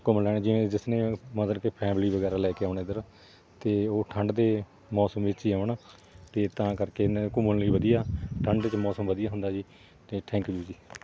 ਘੁੰਮ ਲੈਣ ਜਿਵੇਂ ਜਿਸ ਨੇ ਮਤਲਬ ਕੇ ਫੈਮਿਲੀ ਵਗੈਰਾ ਲੈ ਕੇ ਆਉਣ ਇੱਧਰ ਅਤੇ ਉਹ ਠੰਡ ਦੇ ਮੌਸਮ ਵਿੱਚ ਹੀ ਆਉਣ ਅਤੇ ਤਾਂ ਕਰਕੇ ਇਨ੍ਹਾਂ ਦੇ ਘੁੰਮਣ ਲਈ ਵਧੀਆ ਠੰਡ 'ਚ ਮੌਸਮ ਵਧੀਆ ਹੁੰਦਾ ਜੀ ਅਤੇ ਥੈਂਕ ਯੂ ਜੀ